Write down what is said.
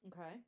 Okay